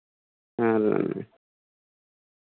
ᱦᱮᱸ